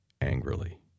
angrily